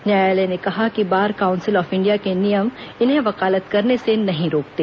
न्यायालय ने कहा कि बार काउंसिल ऑफ इंडिया को नियम इन्हें वकालत करने से नहीं रोकते